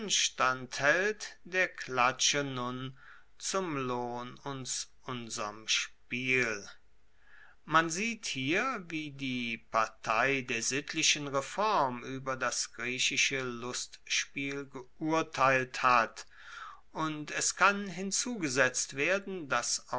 haelt der klatsche nun zum lohn uns unserm spiel man sieht hier wie die partei der sittlichen reform ueber das griechische lustspiel geurteilt hat und es kann hinzugesetzt werden dass